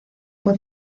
fue